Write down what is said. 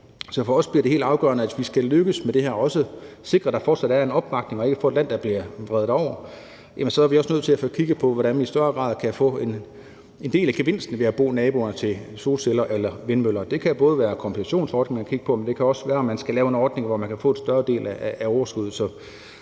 Så for os bliver det helt afgørende, at hvis vi skal lykkes med det her og også sikre, at der fortsat er opbakning og vi ikke får et land, der bliver vredet over, så er vi også nødt til at få kigget på, hvordan man i større grad kan få en del af gevinsten ved at bo som nabo til solceller eller vindmøller. Det kan både være kompensationsordningen, man kan kigge på, men det kan også være, man skal lave en ordning, hvor de kan få en større del af overskuddet.